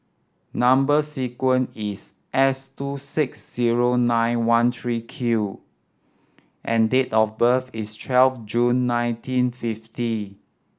number sequence is S two six zero nine one three Q and date of birth is twelve June nineteen fifty